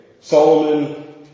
Solomon